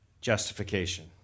justification